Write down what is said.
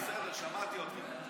בסדר, שמעתי אותך.